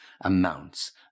amounts